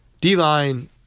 D-line